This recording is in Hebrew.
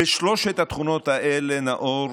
בשלוש התכונות האלה, נאור,